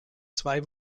zwei